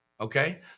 Okay